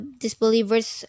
disbelievers